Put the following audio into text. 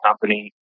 company